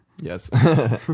Yes